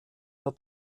der